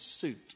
suit